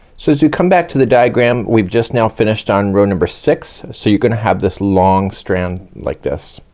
so as you come back to the diagram, we've just now finished on row number six. so you're gonna have this long strand, like this.